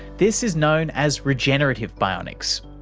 this is known as regenerative bionics.